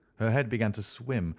her head began to swim,